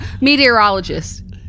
Meteorologist